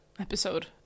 episode